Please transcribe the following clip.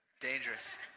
dangerous